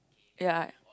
ya